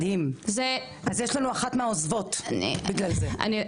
מדהים, אז יש לנו אחת מהעוזבות בגלל זה.